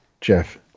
Jeff